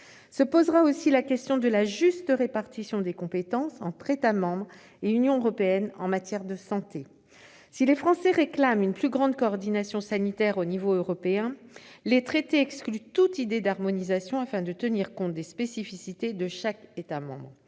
Se posera aussi la question de la juste répartition des compétences entre États membres et Union européenne en matière de santé. Si les Français réclament une plus grande coordination sanitaire au niveau européen, les traités excluent toute idée d'harmonisation afin de tenir compte des spécificités de chaque État membre.